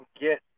get